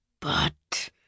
But